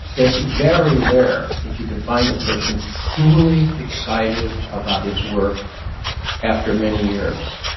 it's very rare that you can find a person truly excited about his work after many years,